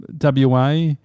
WA